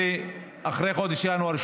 ואחרי חודש ינואר,